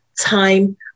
time